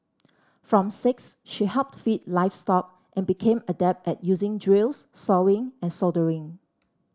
from six she helped feed livestock and became adept at using drills sawing and soldering